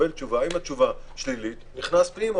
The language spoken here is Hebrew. אם התשובה שלילית הוא נכנס פנימה,